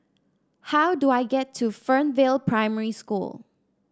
how do I get to Fernvale Primary School